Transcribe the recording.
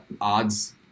odds